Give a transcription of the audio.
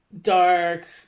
dark